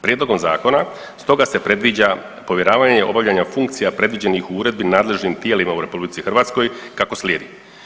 Prijedlogom zakona stoga se predviđa povjeravanje obavljanje funkcija predviđenih u uredbi nadležnim tijelima u RH kako slijedi.